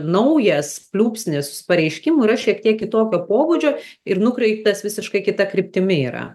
naujas pliūpsnis pareiškimų yra šiek tiek kitokio pobūdžio ir nukreiptas visiškai kita kryptimi yra